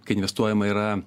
kai investuojama yra